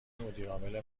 مدیرعامل